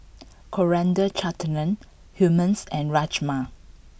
Coriander Chutney Hummus and Rajma